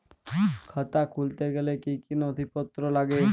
খাতা খুলতে গেলে কি কি নথিপত্র লাগে?